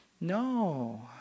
No